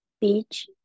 Beach